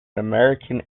american